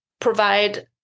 provide